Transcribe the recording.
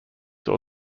saw